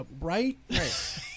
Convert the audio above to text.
Right